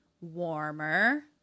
warmer